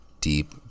deep